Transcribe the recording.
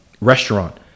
restaurant